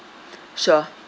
sure